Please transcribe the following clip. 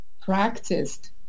practiced